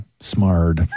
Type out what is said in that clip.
Smart